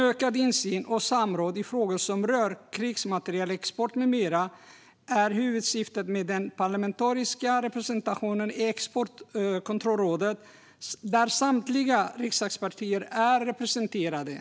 Ökad insyn och samråd i frågor som rör krigsmaterielexport med mera är huvudsyftena med den parlamentariska representationen i Exportkontrollrådet, där samtliga riksdagspartier är representerade.